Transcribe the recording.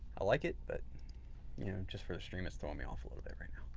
i like it, but you know just for the stream, it's throwing me off a little bit